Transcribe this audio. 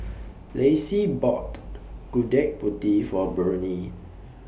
Lacie bought Gudeg Putih For A Burney